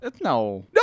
No